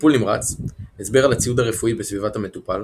טיפול נמרץ - הסבר על הציוד הרפואי בסביבת המטופל,